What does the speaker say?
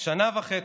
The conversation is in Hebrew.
שנה וחצי,